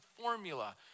formula